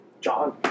John